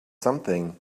something